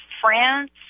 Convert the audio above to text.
France